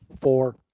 Four